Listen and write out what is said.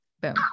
boom